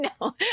No